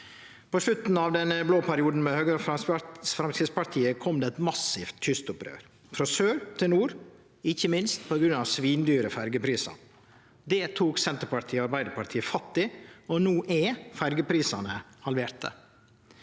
På slutten av den blå perioden med Høgre og Framstegspartiet kom det eit massivt kystopprør, frå sør til nord, ikkje minst på grunn av svinedyre ferjebillettar. Det tok Senterpartiet og Arbeidarpartiet fatt i, og no er ferjeprisane halverte.